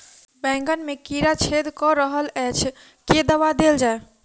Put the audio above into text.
बैंगन मे कीड़ा छेद कऽ रहल एछ केँ दवा देल जाएँ?